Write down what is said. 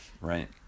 right